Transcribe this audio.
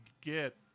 get